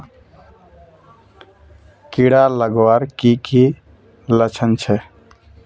कीड़ा लगवार की की लक्षण छे?